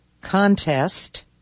contest